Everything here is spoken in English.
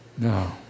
No